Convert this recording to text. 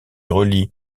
relie